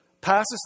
passes